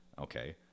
Okay